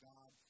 God